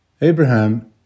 Abraham